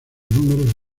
números